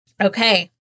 Okay